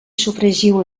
sofregiu